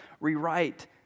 rewrite